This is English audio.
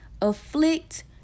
afflict